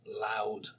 loud